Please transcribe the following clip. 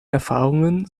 erfahrungen